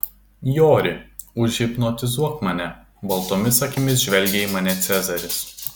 jori užhipnotizuok mane baltomis akimis žvelgė į mane cezaris